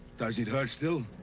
does it hurt still?